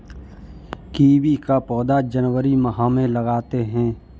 kiwi का पौधा जनवरी माह में लगाते हैं